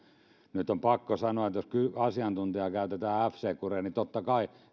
nyt on pakko sanoa että jos asiantuntijana käytetään f securea niin totta kai